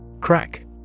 Crack